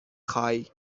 خوایی